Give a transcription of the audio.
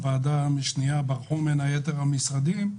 הוועדה השנייה ברחו ממנה יתר המשרדים.